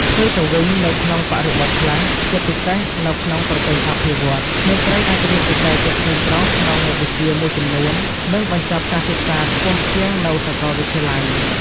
ផ្ទុយទៅវិញ នៅក្នុងបរិបទខ្លះ ជាពិសេសនៅក្នុងប្រទេសអភិវឌ្ឍន៍ ក្មេងស្រីអាចរៀនពូកែជាងក្មេងប្រុសក្នុងមុខវិជ្ជាមួយចំនួន និងបញ្ចប់ការសិក្សាខ្ពស់ជាងនៅសកលវិទ្យាល័យ។